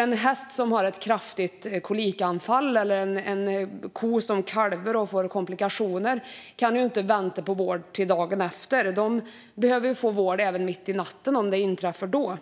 En häst som har ett kraftigt kolikanfall eller en ko som kalvar och får komplikationer kan inte vänta på vård till dagen efter. De behöver få vård även mitt i natten, om det inträffar då.